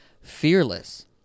fearless